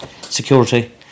security